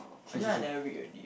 actually I never read already